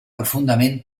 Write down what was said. profundament